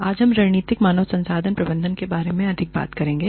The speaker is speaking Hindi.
आज हम रणनीतिक मानव संसाधन प्रबंधन के बारे में अधिक बात करेंगे